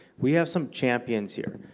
we have some champions here.